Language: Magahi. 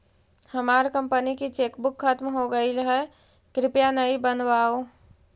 हमार कंपनी की चेकबुक खत्म हो गईल है, कृपया नई बनवाओ